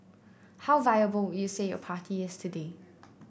how viable would you say your party is today